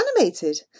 animated